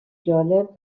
جالب